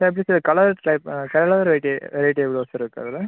sir எப்படி sir colour type colour variety variety எவ்வளோ sir இருக்குது அதில்